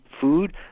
food